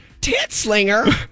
Titslinger